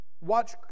Watch